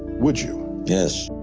would you? yes.